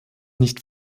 nicht